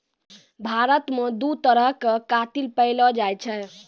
भारत मे दु तरहो के कातिल पैएलो जाय छै